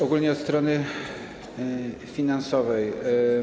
Ogólnie od strony finansowej.